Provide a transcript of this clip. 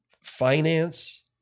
finance